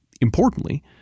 Importantly